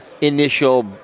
initial